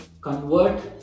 convert